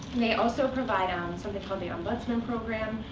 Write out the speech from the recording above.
they also provide um something called the ombudsman program,